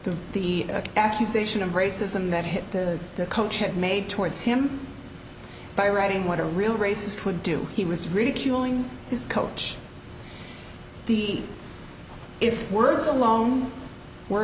the the accusation of racism that hit the coach had made towards him by writing what a real racist would do he was ridiculing his coach the if words alone were